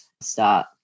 start